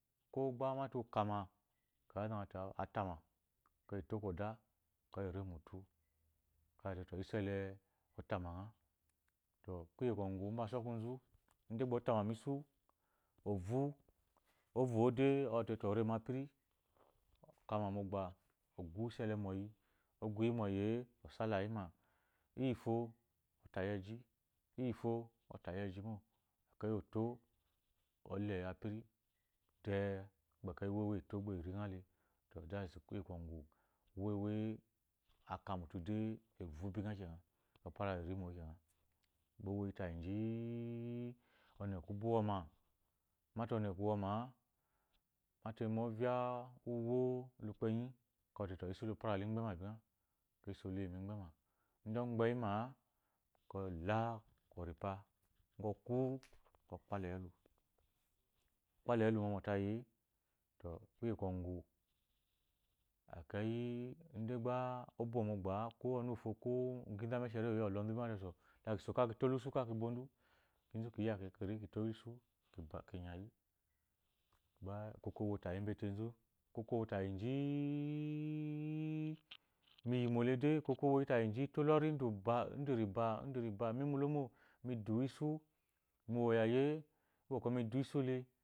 Ko gba amate ota ma ekeyi azate eto koda ere mum ekeyi aate esule afama ngha to kuye kwɔgu umbaso kunzu ide gba otama mu esu ovu ovu de to ozɔte oremapiri okama mogba ogu esu ele moyi ɔguyi moyi osalayima iyi fo otayi eji iyi fo otayi ejimo ekeyi oto ole apiri de gba uwe uwe eto eringa le to kuye. kwogu uwe aka mutu de a vu bingha kena opara la irimo kena gba owoyi tayi yi-i oneka ubi woma mate oneka uwɔma mtae mu ovya uwu wola ukpenyi ekeyi ɔzɔte to esu opara yi la igbema bungha ekeyi esu ole yi mu igbema ide ogbeyima ekeyi ola kworipa oku okpalayi elu okpalayi elu mɔmɔ tayi e to kuye ekeyi idegba obo mogba ko kenzu emeshere ma ɔbza ngha te to la kiso ka kitto lusu ka nyayi gba okoko owo tayi mbate nzu gba okoko owo yi ji-i ito lori ndu riba mi mulo mo midu esu miwo oyaya usu mi du esu le